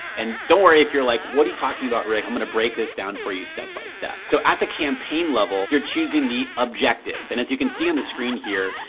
and don't worry, if you're like, what you talking about, rick? i'm gonna break this down for you step-by-step. so at the campaign level, you're choosing the objective, and as you can see on the screen here,